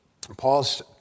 Paul's